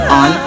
on